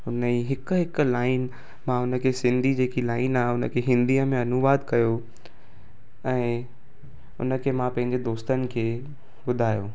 उन जी हिकु हिकु लाइन मां उन खे सिंधी जेकी लाइन आहे उन खे हिंदीअ में अनुवाद कयो ऐं उन खे मां पंहिंजे दोस्तनि खे ॿुधायो